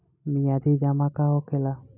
मियादी जमा का होखेला?